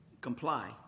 comply